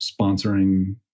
sponsoring